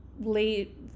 late